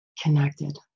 connected